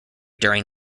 during